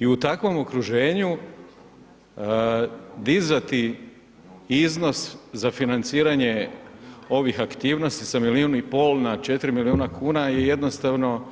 I u takvom okruženju dizati iznos za financiranje ovih aktivnosti sa milion i pol na 4 miliona kuna je jednostavno